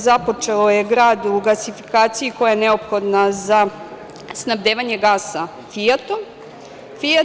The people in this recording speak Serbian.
Započeo je grad gasifikaciju koja je neophodna za snabdevanje gasa „Fijata“